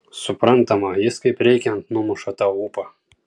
suprantama jis kaip reikiant numuša tau ūpą